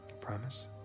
Promise